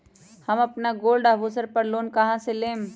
हम अपन गोल्ड आभूषण पर लोन कहां से लेम?